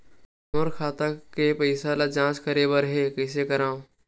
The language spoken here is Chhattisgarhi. मोर खाता के पईसा के जांच करे बर हे, कइसे करंव?